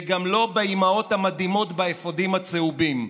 וגם לא באימהות המדהימות באפודים הצהובים.